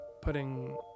Putting